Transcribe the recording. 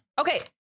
okay